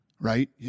Right